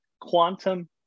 quantum